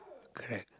correct